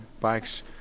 bikes